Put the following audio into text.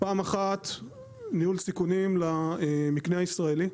פעם אחת ניהול סיכונים למקנה הישראלי,